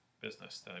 business